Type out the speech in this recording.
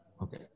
Okay